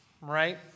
right